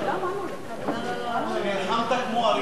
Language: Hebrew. חבר הכנסת גפני, אני אודיע למוזס שנלחמת כמו אריה.